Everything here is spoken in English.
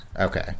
Okay